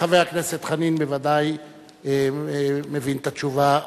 חבר הכנסת חנין בוודאי מבין את התשובה,